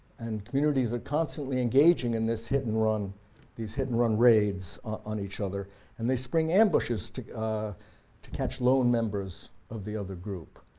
and communities are constantly engaging in this hit and run these hit and run raids on each other and they spring ambushes to ah to catch lone members of the other group.